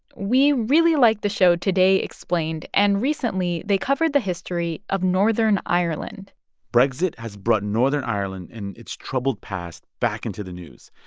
we really like the show today, explained, and recently, they covered the history of northern ireland brexit has brought northern ireland and its troubled past back into the news,